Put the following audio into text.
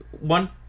one